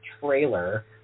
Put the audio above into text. trailer